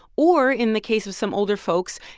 or in the case of some older folks,